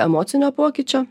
emocinio pokyčio